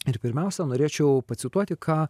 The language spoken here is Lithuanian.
ir pirmiausia norėčiau pacituoti ką